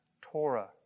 Torah